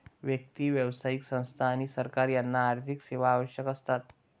व्यक्ती, व्यावसायिक संस्था आणि सरकार यांना आर्थिक सेवा आवश्यक असतात